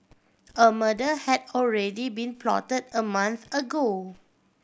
a murder had already been plot a month ago